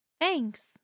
Thanks